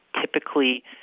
Typically